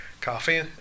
coffee